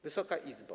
Wysoka Izbo!